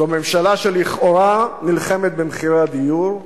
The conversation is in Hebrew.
זו ממשלה שלכאורה נלחמת במחירי הדיור,